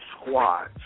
squads